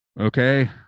okay